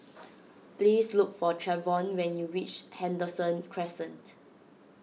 please look for Trevon when you reach Henderson Crescent